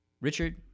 Richard